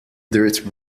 dirt